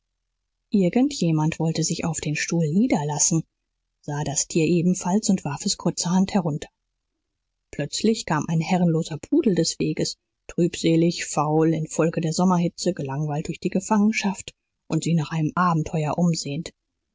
jemand wollte sich auf den stuhl niederlassen sah das tier ebenfalls und warf es kurzerhand herunter plötzlich kam ein herrenloser pudel des weges trübselig faul infolge der sommerhitze gelangweilt durch die gefangenschaft und sich nach einem abenteuer umsehend